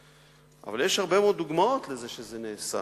אבל יש הרבה מאוד דוגמאות לזה שזה נעשה.